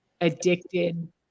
addicted